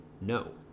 No